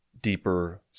deeper